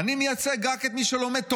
"'אני מייצג רק את מי שלומד תורה',